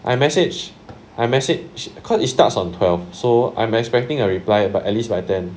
I message I message cause it starts on twelve so I'm expecting a reply by at least by ten